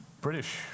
British